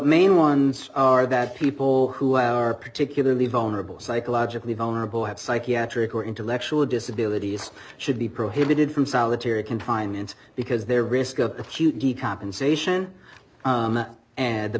main ones are that people who are particularly vulnerable psychologically vulnerable have psychiatric or intellectual disabilities should be prohibited from solitary confinement because their risk